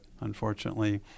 unfortunately